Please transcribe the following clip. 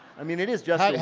i mean it is just yeah